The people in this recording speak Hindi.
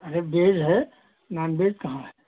अरे बेज है नानबेज कहाँ है